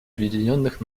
объединенных